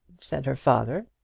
said her father,